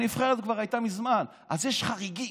הנבחרת כבר הייתה מזמן, אז יש חריגים.